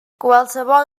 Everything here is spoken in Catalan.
qualssevol